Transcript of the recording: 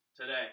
today